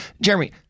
Jeremy